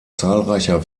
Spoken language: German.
zahlreicher